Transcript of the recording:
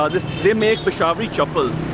ah they make peshwari chappals.